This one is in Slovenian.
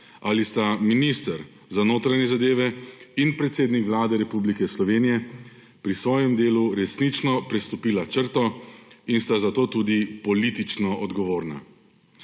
ali sta minister za notranje zadeve in predsednik Vlade Republike Slovenije pri svojem delu resnično prestopila črto; in sta zato tudi politično odgovorna.